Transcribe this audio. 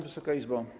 Wysoka Izbo!